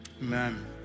amen